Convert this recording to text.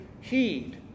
heed